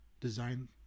design